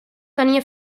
tenia